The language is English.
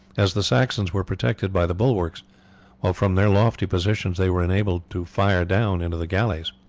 as the saxons were protected by the bulwarks, while from their lofty positions they were enabled to fire down into the galleys.